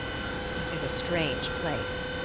this is a strange place.